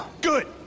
Good